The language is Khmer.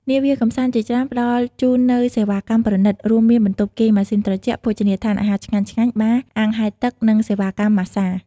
នាវាកម្សាន្តជាច្រើនផ្តល់ជូននូវសេវាកម្មប្រណិត រួមមានបន្ទប់គេងម៉ាស៊ីនត្រជាក់ ភោជនីយដ្ឋានអាហារឆ្ងាញ់ៗ បារ អាងហែលទឹក និងសេវាកម្មម៉ាស្សា។